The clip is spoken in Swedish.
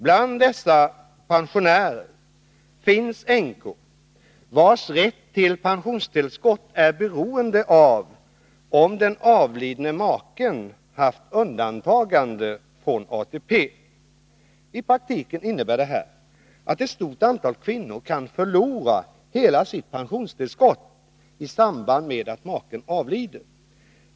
Bland dessa pensionärer finns änkor, vilkas rätt till pensionstillskott är beroende av om den avlidne maken haft undantagande från ATP. I praktiken innebär detta att ett stort antal kvinnor kan förlora hela sitt pensionstillskott i samband med att maken avlider.